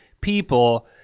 people